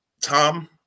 Tom